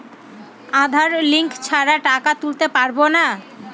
আধার link ছাড়া টাকা তুলতে পারব না?